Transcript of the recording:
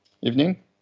Evening